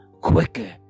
quicker